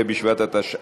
ה' בשבט התשע"ז,